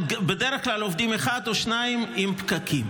בדרך כלל, עובדים אחד או שניים, עם פקקים.